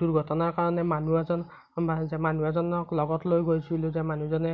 দূৰ্ঘটনাৰ কাৰণে মানুহ এজন মানুহ এজনক লগত লৈ গৈছিলোঁ যে মানুহজনে